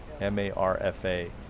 M-A-R-F-A